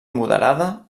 moderada